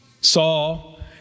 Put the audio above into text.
Saul